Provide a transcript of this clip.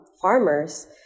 farmers